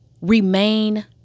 remain